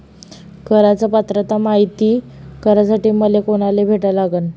कराच पात्रता मायती करासाठी मले कोनाले भेटा लागन?